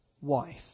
wife